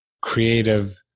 creative